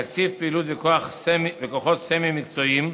בתקציב פעילות ובכוחות סמי-מקצועיים.